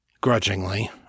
Grudgingly